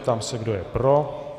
Ptám se, kdo je pro.